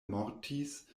mortis